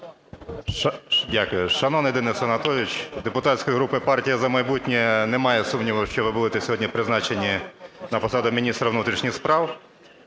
Дякую. Шановний Денис Анатолійович, депутатська група "Партія "За майбутнє" не має сумнівів, що ви будете сьогодні призначені на посаду міністра внутрішніх справ.